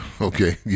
Okay